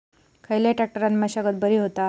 खयल्या ट्रॅक्टरान मशागत बरी होता?